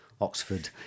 Oxford